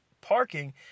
parking